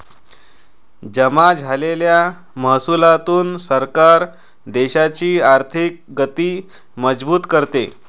जमा झालेल्या महसुलातून सरकार देशाची आर्थिक गती मजबूत करते